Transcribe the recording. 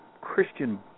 Christian